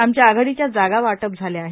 आमच्या आघाडीच्या जागा वाटप झाल्या आहेत